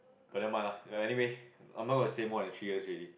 but nevermind lah anyway I'm not going to stay more than three years already